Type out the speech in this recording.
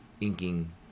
inking